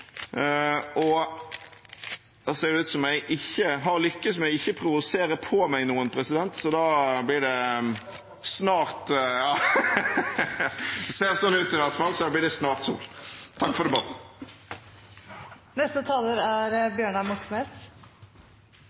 Det ser ut som at jeg har lyktes med ikke å provosere på meg noen nye talere – det ser sånn ut i hvert fall – så da blir det snart sol. Takk for debatten. Da er